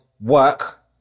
work